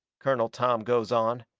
colonel tom goes on,